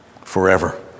forever